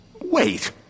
Wait